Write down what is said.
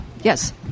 Yes